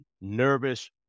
nervous